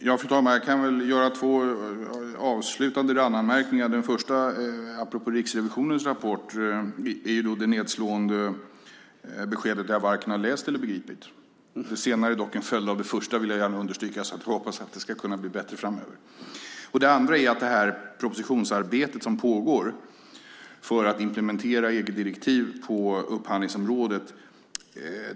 Fru talman! Jag kan göra två avslutande randanmärkningar. Den första apropå Riksrevisionens rapport är det nedslående beskedet att jag varken har läst eller begripit. Det senare är dock en följd av det första, vill jag gärna understryka. Vi får hoppas att det ska kunna bli bättre framöver. Den andra gäller det propositionsarbete som pågår för att implementera EG-direktiv på upphandlingsområdet.